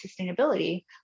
sustainability